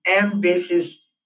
ambitious